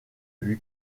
lui